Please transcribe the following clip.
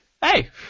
Hey